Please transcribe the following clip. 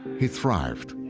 he thrived.